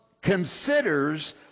considers